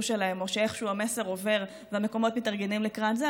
שלהם או שאיכשהו המסר עובר והמקומות מתארגנים לקראת זה.